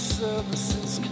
services